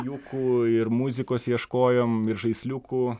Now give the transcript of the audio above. juoku ir muzikos ieškojom ir žaisliukų